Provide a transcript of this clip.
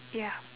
ya